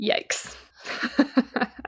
Yikes